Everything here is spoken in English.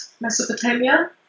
Mesopotamia